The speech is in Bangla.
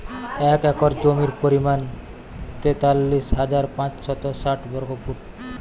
এক একর জমির পরিমাণ তেতাল্লিশ হাজার পাঁচশত ষাট বর্গফুট